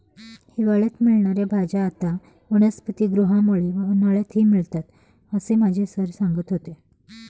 हिवाळ्यात मिळणार्या भाज्या आता वनस्पतिगृहामुळे उन्हाळ्यातही मिळतात असं माझे सर सांगत होते